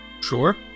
Sure